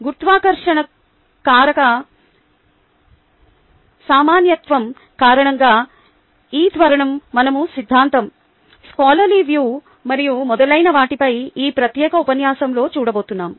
గురుత్వాకర్షణ కారక సమానత్వం కారణంగా ఈ త్వరణం మనం సిద్ధాంతం స్కోలర్లీ వ్యూ మరియు మొదలైన వాటిపై ఈ ప్రత్యేక ఉపన్యాసంలో చూడబోతున్నాం